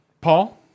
paul